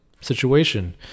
situation